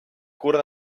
curt